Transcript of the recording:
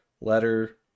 letter